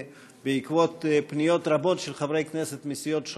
בעקבות פניות רבות של חברי כנסת מסיעות שונות,